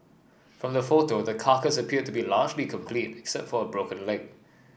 from the photo the carcass appeared to be largely complete except for a broken leg